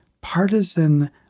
partisan